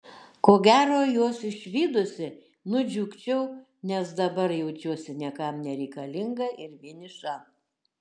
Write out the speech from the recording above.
ko gero juos išvydusi nudžiugčiau nes dabar jaučiuosi niekam nereikalinga ir vieniša